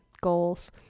Goals